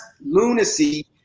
lunacy